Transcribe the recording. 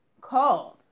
called